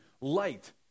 Light